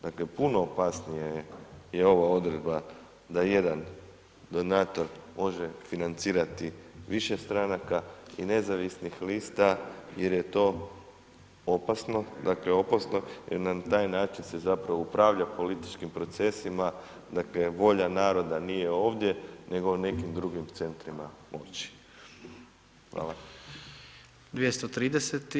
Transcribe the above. Dakle, puno opasnije je i ova odredba da jedan donator može financirati više stranaka i nezavisnih lista jer je to opasno, dakle opasno jer na taj način se zapravo upravlja političkim procesima, dakle volja naroda nije ovdje nego u nekim drugim centrima moći.